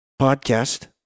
Podcast